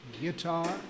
Guitar